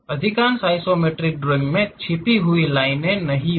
अधिकांश isometric drawing में छिपी हुई लाइनें नहीं होंगी